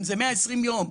אם זה 120 יום,